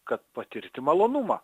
kad patirti malonumą